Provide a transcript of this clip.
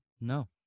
No